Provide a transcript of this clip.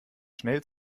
schnell